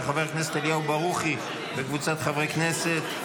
של חבר הכנסת אליהו ברוכי וקבוצת חברי הכנסת.